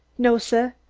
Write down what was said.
no, sah,